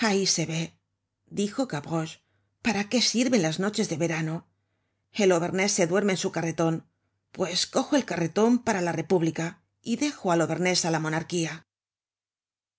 dijo gavroche para qué sirven las noches de verano el auvernés se duerme en su carreton pues cojo el carreton para la república y dejo al auvernés á la monarquía